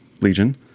Legion